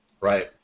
right